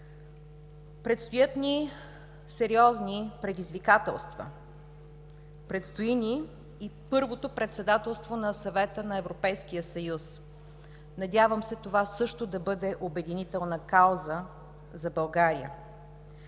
Предстоят ни сериозни предизвикателства. Предстои ни и първото председателство на Съвета на Европейския съюз. Надявам се това също да бъде обединителна кауза за България.